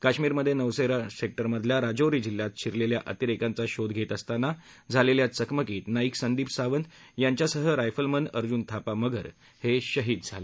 कश्मीरमध्ये नौशेरा सेक्टरमधल्या राजौरी जिल्ह्यात शिरलेल्या अतिरेक्यांचा शोध घेत असताना झालेल्या चकमकीत नाईक संदीप सावंत यांच्यासह रायफलमन अर्जुन थापा मगर हेही शहीद झाले